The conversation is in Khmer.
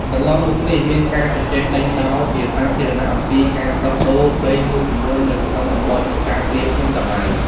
កន្លងមកនេះមានការជជែកដេញដោលជាសាធារណៈអំពីការដោះដូរដីមួយចំនួននៅក្នុងតំបន់ការពារភ្នំតាម៉ៅ។